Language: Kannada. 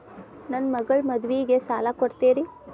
ನನ್ನ ಮಗಳ ಮದುವಿಗೆ ಸಾಲ ಕೊಡ್ತೇರಿ?